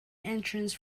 entrance